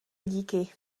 díky